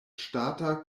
ŝtata